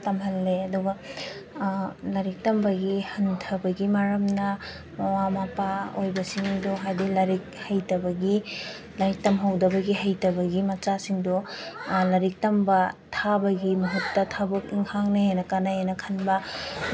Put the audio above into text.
ꯇꯝꯍꯜꯂꯦ ꯑꯗꯨꯒ ꯂꯥꯏꯔꯤꯛ ꯇꯝꯕꯒꯤ ꯍꯟꯊꯕꯒꯤ ꯃꯔꯝꯅ ꯃꯃꯥ ꯃꯄꯥ ꯑꯣꯏꯕꯁꯤꯡꯗꯣ ꯍꯥꯏꯗꯤ ꯂꯥꯏꯔꯤꯛ ꯍꯩꯇꯕꯒꯤ ꯂꯥꯏꯔꯤꯛ ꯇꯝꯍꯧꯗꯕꯒꯤ ꯍꯩꯇꯕꯒꯤ ꯃꯆꯥꯁꯤꯡꯗꯣ ꯂꯥꯏꯔꯤꯛ ꯇꯝꯕ ꯊꯥꯕꯒꯤ ꯃꯍꯨꯠꯇ ꯊꯕꯛ ꯏꯟꯈꯥꯡꯅ ꯍꯦꯟꯅ ꯀꯥꯟꯅꯩ ꯍꯥꯏꯅ ꯈꯟꯕ